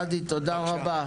ראדי תודה רבה.